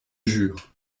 jure